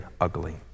ugly